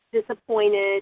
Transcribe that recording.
disappointed